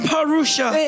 Parusha